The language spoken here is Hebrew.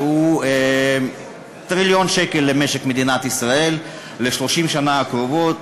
שהוא טריליון שקל למשק מדינת ישראל ב-30 השנים הקרובות,